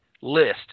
list